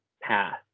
path